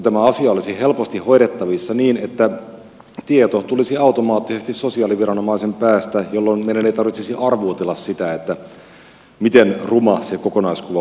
tämä asia olisi helposti hoidettavissa niin että tieto tulisi automaattisesti sosiaaliviranomaisen päästä jolloin meidän ei tarvitsisi arvuutella sitä miten ruma se kokonaiskuva mahdollisesti on